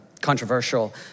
controversial